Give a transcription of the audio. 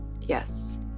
Yes